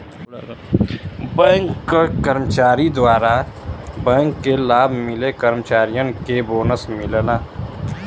bank क कर्मचारी द्वारा बैंक के लाभ मिले कर्मचारियन के बोनस मिलला